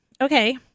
Okay